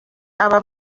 aba